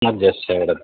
ಮಧ್ಯದ ಸೈಡ್